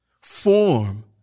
form